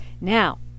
Now